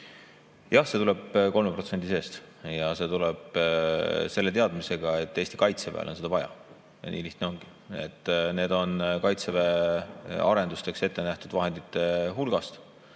Jah, see tuleb 3% seest ja see tuleb selle teadmisega, et Eesti kaitseväel on seda vaja. Ja nii lihtne ongi. Need on kaitseväe arendusteks ette nähtud vahendite hulgast.